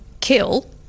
kill